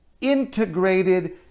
integrated